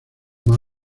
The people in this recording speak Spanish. más